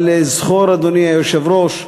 אבל זכור, אדוני היושב-ראש,